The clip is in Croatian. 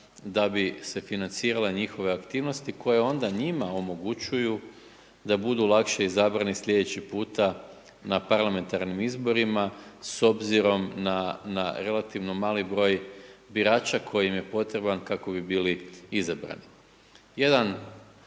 da bi se financirale njihove aktivnosti koje onda njima omogućuju da budu lakše izabrani sljedeći puta na parlamentarnim izborima s obzirom na relativno mali broj birača koji im je potreban kako bi bili izabrani.